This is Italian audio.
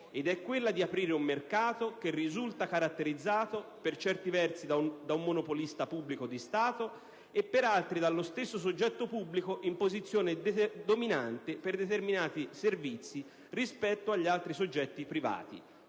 quella cioè di aprire un mercato che risulta caratterizzato per certi versi da un monopolista pubblico di Stato e per altri dallo stesso soggetto pubblico in posizione dominante per determinati servizi rispetto agli altri soggetti privati,